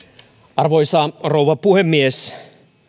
arvoisa rouva puhemies